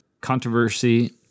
Controversy